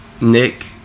Nick